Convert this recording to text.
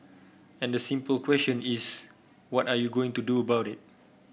and the simple question is what are you going to do about it